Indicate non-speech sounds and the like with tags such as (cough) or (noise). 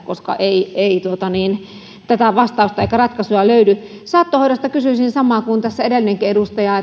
koska ei ei tätä vastausta eikä ratkaisuja löydy saattohoidosta kysyisin samaa kuin edellinenkin edustaja (unintelligible)